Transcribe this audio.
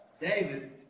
David